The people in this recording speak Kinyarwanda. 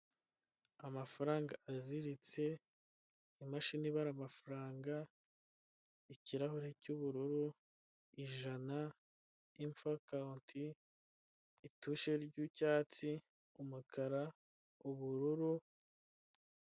Amafaranga aziritse imashini ibara amafaranga, ikirahure cy'ubururu, ijana, imfokawunti, itushe ry'icyatsi, umukara, ubururu.